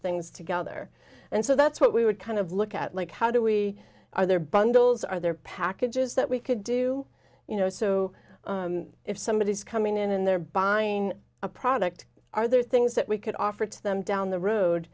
things together and so that's what we would kind of look at like how do we are there bundles are there packages that we could do you know so if somebody is coming in and they're buying a product are there things that we could offer to them down the road